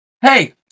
Hey